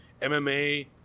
MMA